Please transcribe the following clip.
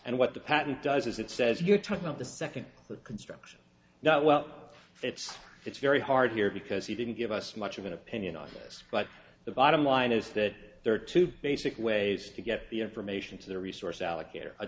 and what the patent does is it says you're talking about the second that construction not well it's it's very hard here because he didn't give us much of an opinion on this but the bottom line is that there are two basic ways to get the information to the resource allocator a